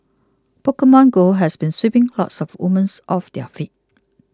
Pokemon Go has been sweeping lots of women off their feet